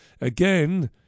again